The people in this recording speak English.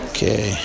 Okay